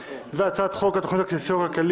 (תיקון מס' 2) (מ/1340)